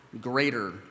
greater